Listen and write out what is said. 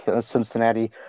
Cincinnati